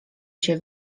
się